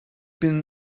been